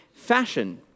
fashion